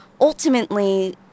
Ultimately